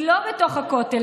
היא לא בתוך הכותל,